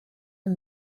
and